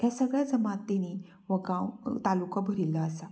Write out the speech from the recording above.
हे सगळे जमातींनी वो गांव तालुको भरिल्लो आसा